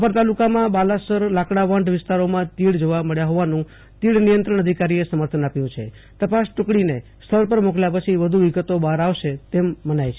રાપર તલ્લુકામાં બાલાસર લાકડાવાંઢ વિસ્તારોમાં તીડ જોવા મળ્યા હોવાનું તીડ નિયંત્રણ અધિકારીએ સમર્થન આપ્યું છે તપાસ ટુકીને સ્થળ પર મોકલ્યા પછી વધુ વિગતો બહાર આવશે તેમ મનાય છે